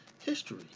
history